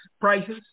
prices